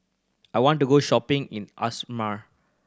I want to go shopping in Asmara